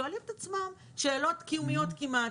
שואלים את עצמם שאלות קיומיות כמעט,